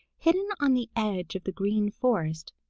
hidden on the edge of the green forest,